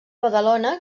badalona